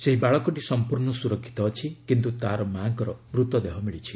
ସେହି ବାଳିକଟି ସମ୍ପୂର୍ଣ୍ଣ ସୁରକ୍ଷିତ ଅଛି କିନ୍ତୁ ତାର ମା'ଙ୍କର ମୃତ ଦେହ ମିଳିଛି